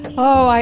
oh,